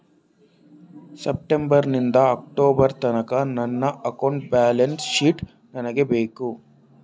September ನಿಂದ October ತನಕ ನನ್ನ ಅಕೌಂಟ್ ಬ್ಯಾಲೆನ್ಸ್ ಶೀಟ್ ನನಗೆ ಬೇಕು